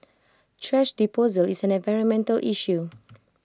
thrash disposal is an environmental issue